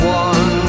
one